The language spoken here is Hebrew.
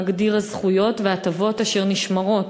המגדיר את הזכויות וההטבות אשר נשמרות